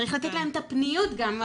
צריך לתת להם את הפניות גם.